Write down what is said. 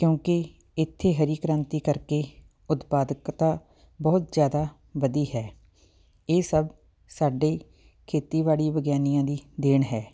ਕਿਉਂਕਿ ਇੱਥੇ ਹਰੀ ਕ੍ਰਾਂਤੀ ਕਰਕੇ ਉਤਪਾਦਕਤਾ ਬਹੁਤ ਜ਼ਿਆਦਾ ਵਧੀ ਹੈ ਇਹ ਸਭ ਸਾਡੇ ਖੇਤੀਬਾੜੀ ਵਿਗਿਆਨੀਆਂ ਦੀ ਦੇਣ ਹੈ